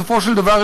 בסופו של דבר,